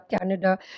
Canada